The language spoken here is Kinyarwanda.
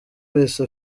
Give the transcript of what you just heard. wese